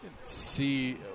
see